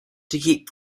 keep